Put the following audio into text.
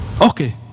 okay